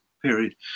Period